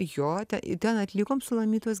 jote į ten atlikom sulamitos